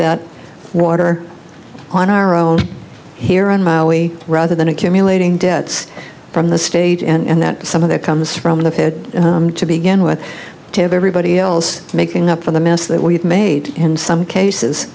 that water on our own here on maui rather than accumulating debts from the state and that some of that comes from the fed to begin with to everybody else making up for the mess that we've made in some cases